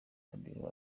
akadiho